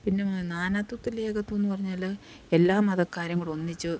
പിന്നെ നാനാത്വത്തിൽ ഏകത്വമെന്നു പറഞ്ഞാല് എല്ലാ മതക്കാരും കൂടൊന്നിച്ച്